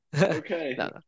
okay